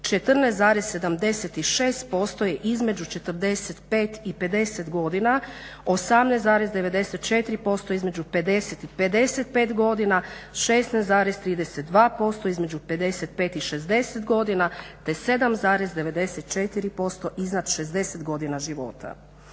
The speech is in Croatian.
14,76% je između 45 i 50 godina. 18,94% između 50 i 55 godina, 16,32% između 55 i 60 godina, te 7,94% iznad 60 godina života.